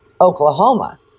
Oklahoma